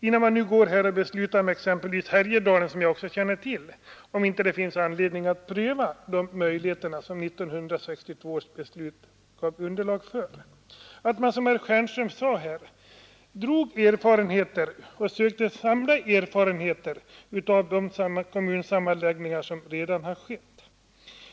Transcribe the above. Innan man beslutar om exempelvis Härjedalen, som jag också känner till, finns det anledning att fundera över om man inte bör pröva de möjligheter som 1962 års beslut gav underlag för. Man bör, som herr Stjernström sade, dra erfarenheter av de kommunsammanläggningar som redan har gjorts.